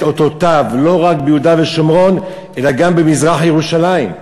אותותיו לא רק ביהודה ושומרון אלא גם במזרח-ירושלים.